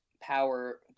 power